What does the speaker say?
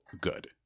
good